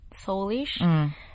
soulish